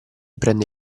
prende